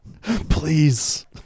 Please